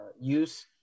use